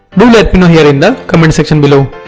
do let me know here in the comment section below.